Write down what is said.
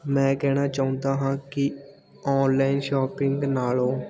ਮੈਂ ਕਹਿਣਾ ਚਾਹੁੰਦਾ ਹਾਂ ਕਿ ਔਨਲਾਈਨ ਸ਼ੋਪਿੰਗ ਨਾਲੋਂ